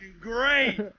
great